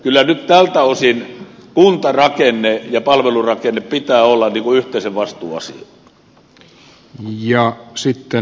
kyllä nyt tältä osin kuntarakenteen ja palvelurakenteen pitää olla yhteisen vastuun asia